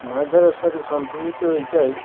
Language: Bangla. মাছ ধরার সাথে সম্পর্কিত এটাই